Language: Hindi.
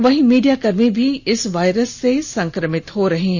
वहीं मीडियाकर्मी भी इस वायरस से संक्रमित हो रहे हैं